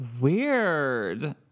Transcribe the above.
Weird